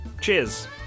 Cheers